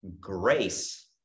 grace